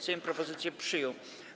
Sejm propozycję przyjął.